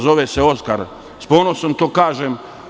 Zove se Oskar i sa ponosom to kažem.